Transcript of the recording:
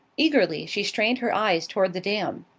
eagerly she strained her eyes toward the dam.